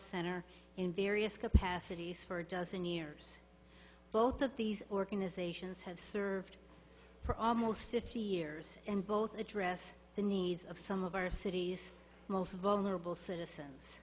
center in various capacities for a dozen years both of these organizations have served for almost fifty years and both address the needs of some of our city's most vulnerable citizens